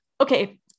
okay